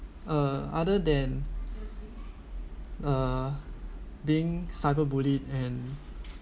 uh other than uh being cyber bullied and